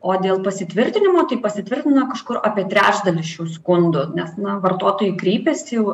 o dėl pasitvirtinimo tai pasitvirtina kažkur apie trečdalis šių skundų nes na vartotojai kreipiasi jau